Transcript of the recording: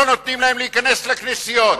לא נותנים להם להיכנס לכנסיות?